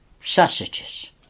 sausages